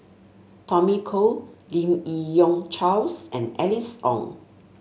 Tommy Koh Lim Yi Yong Charles and Alice Ong